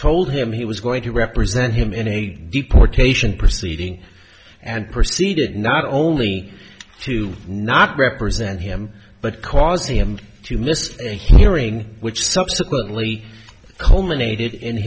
told him he was going to represent him in a deportation proceeding and proceeded not only to not represent him but caused him to miss a hearing which subsequently culminated